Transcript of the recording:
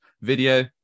video